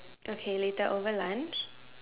okay later over lunch